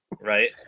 Right